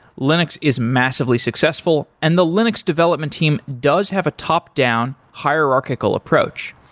linux is massively successful, and the linux development team does have a top-down hierarchical approach.